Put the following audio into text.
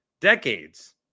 decades